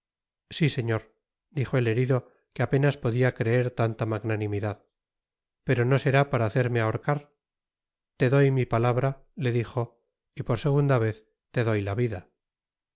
si señor dijo el herido que apenas podia creer tanta magnanimidad pero no será para hacerme ahorcar te doy mi palabra le dijo y por segunda vez te doy la vida